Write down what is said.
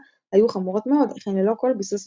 היו חמורות מאוד אך הן ללא כל ביסוס ותשתית.